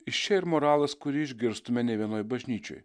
iš čia ir moralas kurį išgirstume ne vienoj bažnyčioj